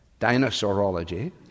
Dinosaurology